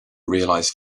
realize